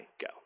go